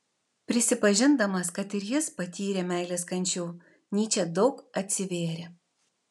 prisipažindamas kad ir jis patyrė meilės kančių nyčė daug atsivėrė